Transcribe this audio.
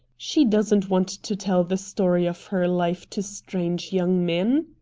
she doesn't want to tell the story of her life to strange young men.